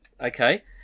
okay